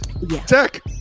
Tech